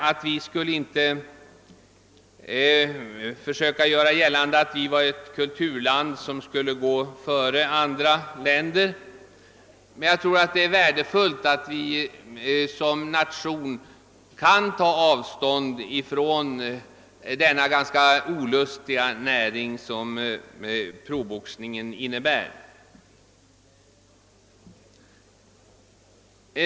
de försöka göra gällande att Sverige är ett kulturland som skall vara ett föredöme för andra länder. Jag tror emellertid att det är värdefullt att vi som nation tar avstånd från den ganska olustiga näring som proboxningen är.